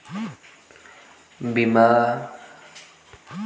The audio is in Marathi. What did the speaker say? बिमा भराची तारीख भरली असनं त मले जास्तचे पैसे द्या लागन का?